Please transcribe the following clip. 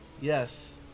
Yes